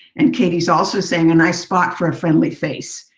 and katie is also saying a nice thought for a friendly face.